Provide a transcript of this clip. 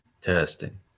Testing